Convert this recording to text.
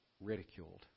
ridiculed